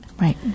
Right